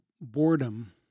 boredom